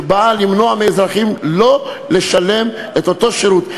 שבאה למנוע שאזרחים ישלמו עבור אותו שירות.